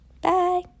Bye